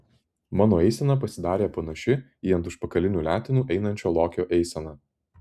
mano eisena pasidarė panaši į ant užpakalinių letenų einančio lokio eiseną